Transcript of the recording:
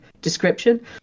description